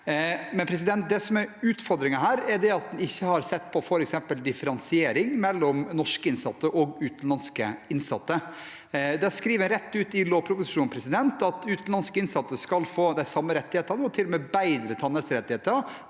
Det støtter Høyre. Men utfordringen her er at en ikke har sett på f.eks. differensiering mellom norske og utenlandske innsatte. En skriver rett ut i lovproposisjonen at utenlandske innsatte skal få de samme rettighetene, og til og med bedre tannhelserettigheter